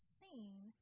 seen